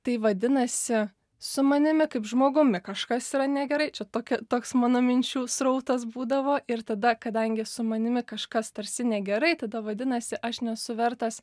tai vadinasi su manimi kaip žmogumi kažkas yra negerai čia tokia toks mano minčių srautas būdavo ir tada kadangi su manimi kažkas tarsi negerai tada vadinasi aš nesu vertas